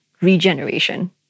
regeneration